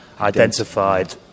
identified